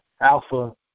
alpha